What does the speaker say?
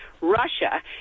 Russia